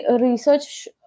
research